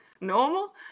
normal